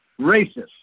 Racist